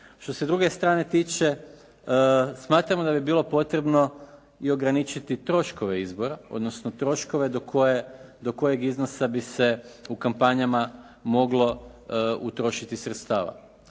Što se druge strane tiče, smatramo da bi bilo potrebno i ograničiti troškove izbora, odnosno troškove do kojeg iznosa bi se u kampanjama moglo utrošiti sredstava.